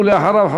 ואחריו,